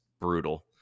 brutal